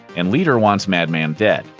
and leader wants madman dead.